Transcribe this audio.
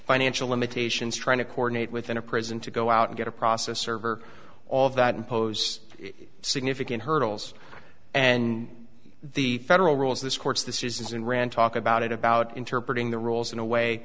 financial limitations trying to coordinate within a prison to go out and get a process server all of that impose significant hurdles and the federal rules this court's decisions and ran talk about it about interpreting the rules in a way